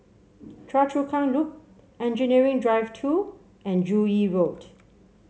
Choa Chu Kang Loop Engineering Drive Two and Joo Yee Road